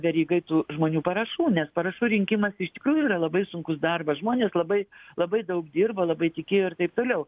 verygai tų žmonių parašų nes parašų rinkimas iš tikrųjų yra labai sunkus darbas žmonės labai labai daug dirba labai tikėjo ir taip toliau